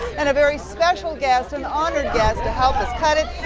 and a very special guest, and honoured guest to help us cut it,